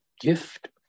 gift